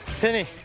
penny